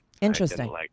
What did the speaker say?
interesting